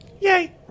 Yay